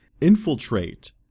infiltrate